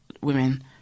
women